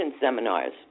seminars